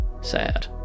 sad